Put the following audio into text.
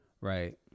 Right